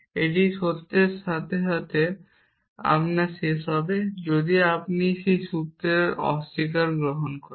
এটা সত্যের সাথে শেষ হবে যদি আপনি সেই সূত্রের অস্বীকার গ্রহণ করেন